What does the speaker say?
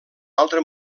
altre